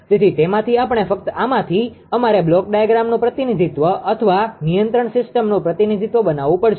તેથી તેમાંથી આપણે ફક્ત આમાંથી અમારે બ્લોક ડાયાગ્રામનું પ્રતિનિધિત્વ અથવા નિયંત્રણ સિસ્ટમનું પ્રતિનિધિત્વ બનાવવું પડશે